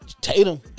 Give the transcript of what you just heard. Tatum